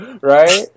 right